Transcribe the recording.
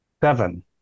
seven